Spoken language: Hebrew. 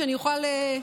שאני אוכל לשוחח.